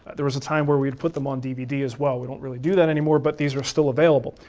there was a time where we put them on dvd as well. we don't really do that anymore, but these are still available,